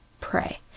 pray